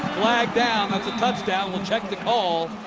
flag down. that's a touchdown. we'll check the call.